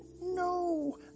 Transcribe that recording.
No